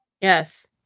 Yes